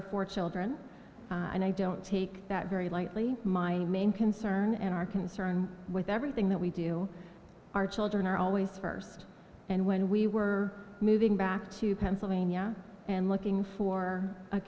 of four children and i don't take that very lightly my main concern and our concern with everything that we do our children are always first and when we were moving back to pennsylvania and looking for a